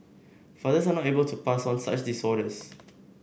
fathers are not able to pass on such disorders